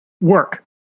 work